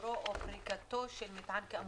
סידורו או פריקתו של מטען כאמור".